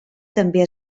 també